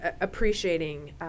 appreciating